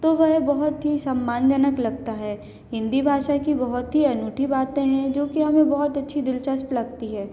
तो वह बहुत ही सम्मानजनक लगता है हिन्दी भाषा की बहुत ही अनूठी बाते हैं जोकि हमें बहुत अच्छी दिलचस्प लगती है